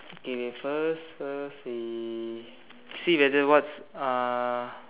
okay K first first we see whether what's uh